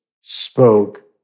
spoke